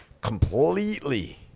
completely